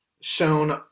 shown